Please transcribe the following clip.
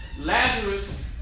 Lazarus